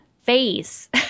face